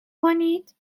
کنید